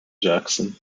jackson